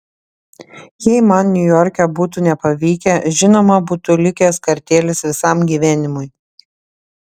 jei man niujorke būtų nepavykę žinoma būtų likęs kartėlis visam gyvenimui